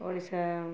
Odisha